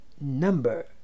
number